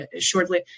shortly